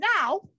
now